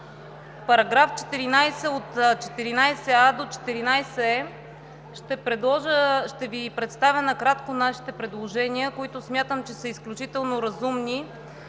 В § 14 – от 14а до 14е, ще Ви представя накратко нашите предложения, които смятам, че са изключително разумни.